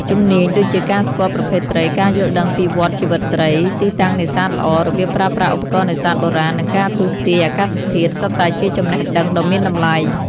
ជំនាញដូចជាការស្គាល់ប្រភេទត្រី ការយល់ដឹងពីវដ្តជីវិតត្រី ទីតាំងនេសាទល្អ របៀបប្រើប្រាស់ឧបករណ៍នេសាទបុរាណ និងការទស្សន៍ទាយអាកាសធាតុ សុទ្ធតែជាចំណេះដឹងដ៏មានតម្លៃ។